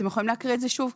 אתם יכולים להקריא את זה שוב?